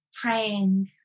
praying